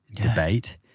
debate